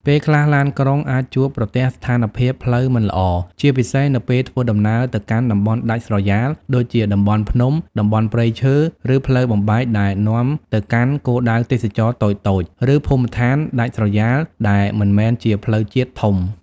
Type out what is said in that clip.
ពេលខ្លះ ឡានក្រុងអាចជួបប្រទះស្ថានភាពផ្លូវមិនល្អ ជាពិសេសនៅពេលធ្វើដំណើរទៅកាន់ តំបន់ដាច់ស្រយាល ដូចជាតំបន់ភ្នំ តំបន់ព្រៃឈើ ឬផ្លូវបំបែកដែលនាំទៅកាន់គោលដៅទេសចរណ៍តូចៗ ឬភូមិឋានដាច់ស្រយាលដែលមិនមែនជាផ្លូវជាតិធំ។